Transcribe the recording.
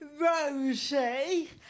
Rosie